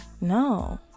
No